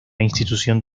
institución